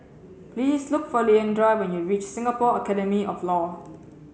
please look for Leandra when you reach Singapore Academy of Law